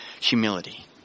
humility